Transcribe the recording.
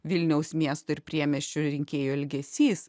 vilniaus miesto ir priemiesčių rinkėjų elgesys